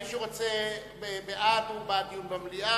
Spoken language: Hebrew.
מי שבעד הוא בעד דיון במליאה,